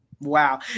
wow